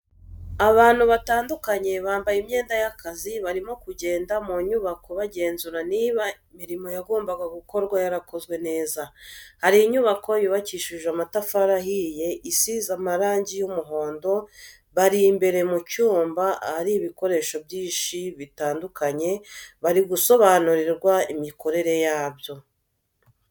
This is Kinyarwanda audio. Abantu batandukanye bambaye imyenda y'akazi barimo kugenda mu nyubako bagenzura niba imirimo yagombaga gukorwa yarakozwe neza, hari inyubako yubakishije amatafari ahiye isize amarangi y'umuhondo, bari imbere mu cyumba ahari ibikoresho byinshi bitandukanye bari gusobanurirwa imikorere yabyo.